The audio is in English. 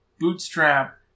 Bootstrap